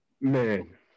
Man